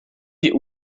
die